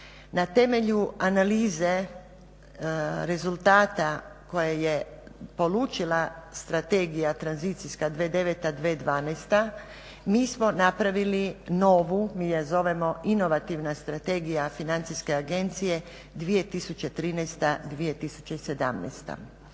Na temelju analize rezultata koje je polučila strategija tranzicijska 2009./2012. mi smo napravili novu, mi je zovemo inovativna strategija financijske agencije 2013./2017.